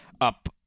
up